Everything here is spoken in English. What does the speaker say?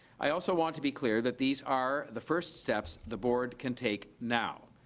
i also want to be clear that these are the first steps the board can take now,